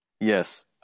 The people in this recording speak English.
Yes